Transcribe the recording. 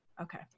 Okay